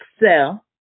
excel